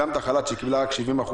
גם את החל"ת שאז היא קיבלה מכם 70%